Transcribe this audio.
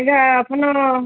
ଆଜ୍ଞା ଆପଣ